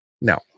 No